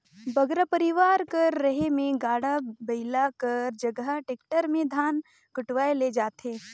बगरा परिवार कर रहें में गाड़ा बइला कर जगहा टेक्टर में धान कुटवाए ले जाथें